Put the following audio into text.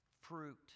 fruit